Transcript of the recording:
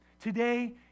Today